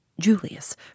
Julius